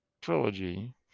trilogy